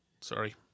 Sorry